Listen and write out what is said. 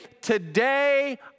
today